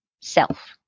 self